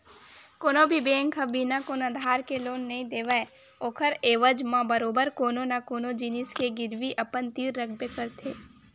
कोनो भी बेंक ह बिना कोनो आधार के लोन नइ देवय ओखर एवज म बरोबर कोनो न कोनो जिनिस के गिरवी अपन तीर रखबे करथे